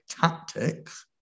tactics